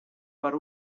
per